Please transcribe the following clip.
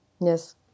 Yes